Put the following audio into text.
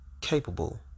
capable